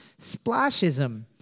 splashism